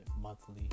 monthly